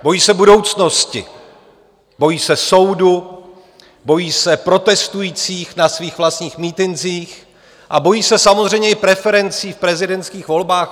Bojí se budoucnosti, bojí se soudu, bojí se protestujících na svých vlastních mítincích a bojí se samozřejmě i preferencí v prezidentských volbách.